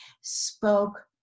spoke